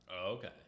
Okay